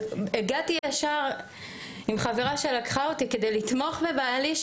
הגעתי ישר עם חברה שלקחה אותי כדי לתמוך בבעלי.